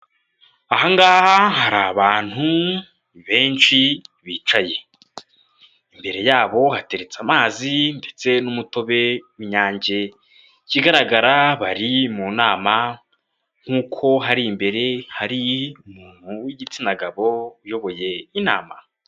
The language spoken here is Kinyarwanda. Aha ngaha hari abantu benshi bicaye. Imbere yabo hateretse amazi ndetse n'umutobe w'inyange, ikigaragara bari mu nama nk'uko hari imbere hari umuntu w'igitsina gabo uyoboye inama.